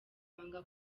banga